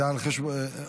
אני רוצה להגיב לו,